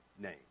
name